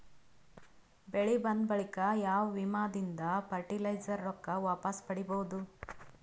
ಬೆಳಿ ಬಂದ ಬಳಿಕ ಯಾವ ವಿಮಾ ದಿಂದ ಫರಟಿಲೈಜರ ರೊಕ್ಕ ವಾಪಸ್ ಪಡಿಬಹುದು?